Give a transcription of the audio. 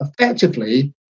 effectively